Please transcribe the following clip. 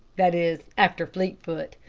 that is, after fleetfoot.